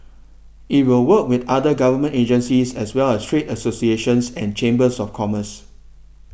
it will work with other government agencies as well as trade associations and chambers of commerce